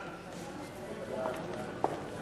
ועדת הפנים בדבר חלוקת הצעת חוק להגנה על עדים